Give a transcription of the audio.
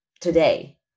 today